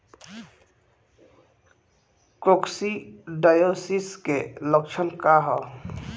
Coccidiosis के लक्षण का ह?